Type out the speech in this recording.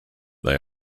they